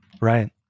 Right